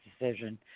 decision